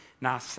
Now